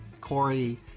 Corey